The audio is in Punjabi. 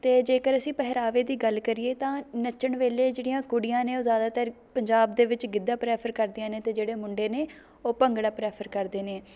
ਅਤੇ ਜੇਕਰ ਅਸੀਂ ਪਹਿਰਾਵੇ ਦੀ ਗੱਲ ਕਰੀਏ ਤਾਂ ਨੱਚਣ ਵੇਲੇ ਜਿਹੜੀਆਂ ਕੁੜੀਆਂ ਨੇ ਉਹ ਜ਼ਿਆਦਾਤਰ ਪੰਜਾਬ ਦੇ ਵਿੱਚ ਗਿੱਧਾ ਪ੍ਰੈਫਰ ਕਰਦੀਆਂ ਨੇ ਅਤੇ ਜਿਹੜੇ ਮੁੰਡੇ ਨੇ ਉਹ ਭੰਗੜਾ ਪ੍ਰੈਫਰ ਕਰਦੇ ਨੇ